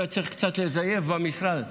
אולי צריך קצת לזייף במשרד,